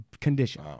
condition